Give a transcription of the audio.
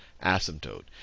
asymptote